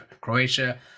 Croatia